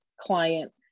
client